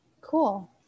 Cool